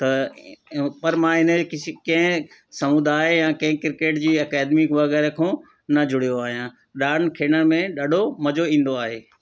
त पर मां हिन जे किसी कंहिं समुदाय या कंहिं किरकेट अकेडमी वग़ैरह खां न जुड़ियो आहियां रांदि खेॾण में ॾाढो मज़ो ईंदो आहे